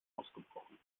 ausgebrochen